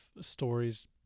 stories